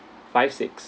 five six